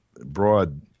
broad